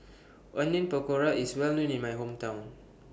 Onion Pakora IS Well known in My Hometown